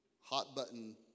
hot-button